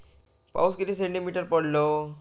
पाऊस किती सेंटीमीटर पडलो?